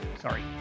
Sorry